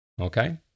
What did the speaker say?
Okay